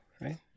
right